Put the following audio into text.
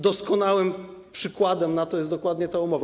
Doskonałym przykładem na to jest dokładnie ta umowa.